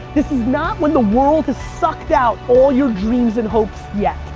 this is not when the world has sucked out all your dreams and hopes yet.